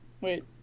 Wait